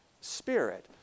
Spirit